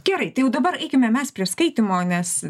gerai tai jau dabar eikime mes priskaitymo nes